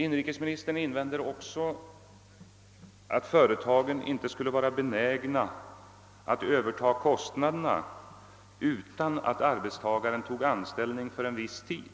Inrikesministern invänder också att företagen inte skulle vara benägna att överta kostnaderna om inte arbetstagaren tog anställning för en viss tid.